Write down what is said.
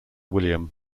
william